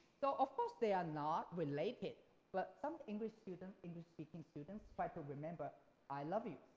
so, of course they are not related but some english students, english speaking students try to remember i love you.